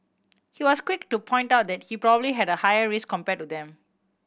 he was quick to point out that he probably had a higher risk compared to them